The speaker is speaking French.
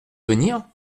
venir